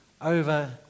over